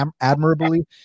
admirably